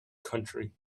country